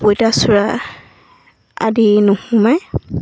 পঁইতাচোৰা আদি নোসোমাই